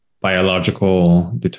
biological